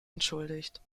entschuldigt